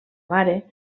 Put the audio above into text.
mare